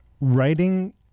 writing